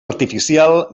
artificial